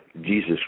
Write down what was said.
Jesus